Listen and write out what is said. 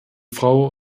frau